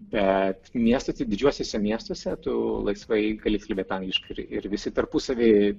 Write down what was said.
bet miestuose didžiuosiuose miestuose tų laisvai gali kalbėti angliškai ir visi tarpusavy